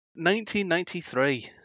1993